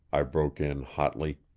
i broke in hotly.